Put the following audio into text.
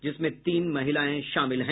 जिसमें तीन महिलाएं भी शामिल हैं